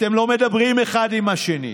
אתם לא מדברים אחד עם השני,